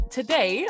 today